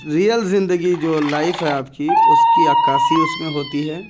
real زندگی جو life ہے آپ کی اس کی عکاسی اس میں ہوتی ہے